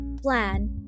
plan